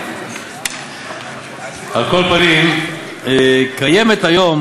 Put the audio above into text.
על כל פנים, קיימת היום